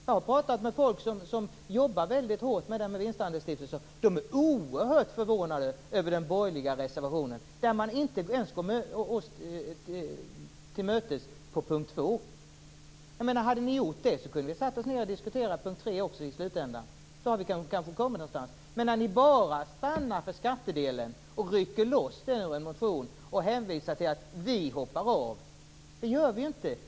Jag har pratat med folk som jobbar hårt med vinstandelsstiftelser. De är oerhört förvånade över den borgerliga reservationen. Man kommer oss inte till mötes ens på punkt 2. Hade ni gjort det hade vi kunnat sätta oss ned och diskutera även punkt tre i slutänden. Då hade vi kanske kommit någonstans. Men ni stannar bara för skattedelen, rycker loss den ur motionen och hänvisar till att vi hoppar av. Det gör vi inte.